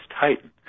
Titan